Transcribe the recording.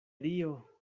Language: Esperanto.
dio